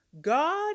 God